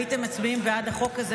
הייתם מצביעים בעד החוק הזה,